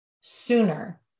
sooner